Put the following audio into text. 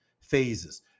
phases